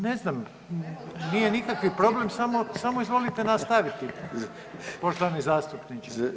Ne znam, nije nikakav problem samo izvolite nastaviti poštovani zastupniče.